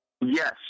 Yes